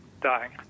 dying